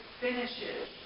finishes